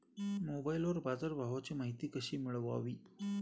मोबाइलवर बाजारभावाची माहिती कशी मिळवावी?